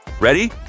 Ready